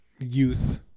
Youth